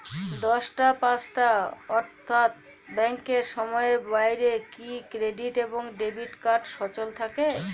দশটা পাঁচটা অর্থ্যাত ব্যাংকের সময়ের বাইরে কি ক্রেডিট এবং ডেবিট কার্ড সচল থাকে?